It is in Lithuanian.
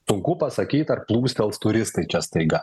sunku pasakyt ar plūstels turistai čia staiga